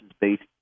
based